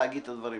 הסיפור